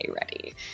ready